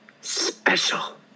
Special